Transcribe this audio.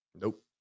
Nope